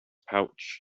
pouch